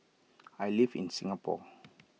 I live in Singapore